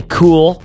cool